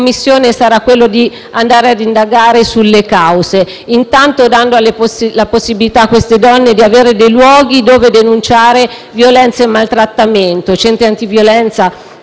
Commissione sarà allora quello di andare ad indagare sulle cause, intanto dando la possibilità a queste donne di avere dei luoghi dove denunciare violenze e maltrattamento: centri antiviolenza,